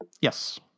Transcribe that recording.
Yes